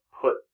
put